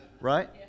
right